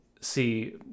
see